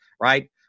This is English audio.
right